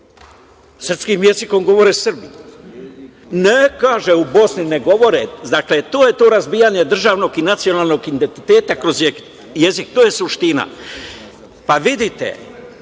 Srpskim jezikom govore Srbi. Ne u Bosni ne govore. Dakle, to je to razbijanje državnog i nacionalnog identiteta kroz jezik. To je suština. Vidite,